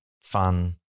fun